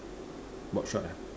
boardshorts ah